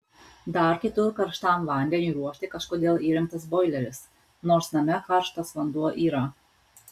dar kitur karštam vandeniui ruošti kažkodėl įrengtas boileris nors name karštas vanduo yra